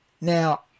now